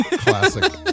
classic